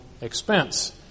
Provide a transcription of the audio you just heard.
expense